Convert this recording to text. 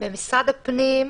צריך לומר שלמשרד הפנים